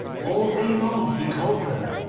all day long he called to her,